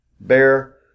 Bear